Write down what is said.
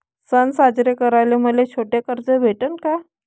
सन साजरे कराले मले छोट कर्ज भेटन का?